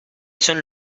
son